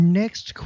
next